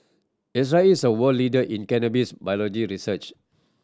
Israel is a world leader in cannabis biology research